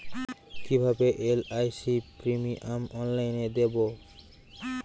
কিভাবে LIC premium অনলাইনে দেবো?